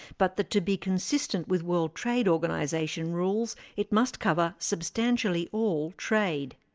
but that to be consistent with world trade organisation rules, it must cover substantially all trade.